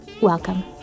welcome